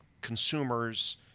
consumers